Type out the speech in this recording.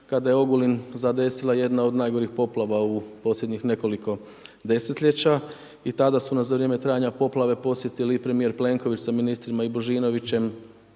kada je Ogulin zadesila jedna od najgorih poplava u posljednjih nekoliko desetljeća. I tada su nas za vrijeme trajanja poplave podsjetili i premijer Plenković sa ministrima i Božinovićem,